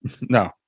No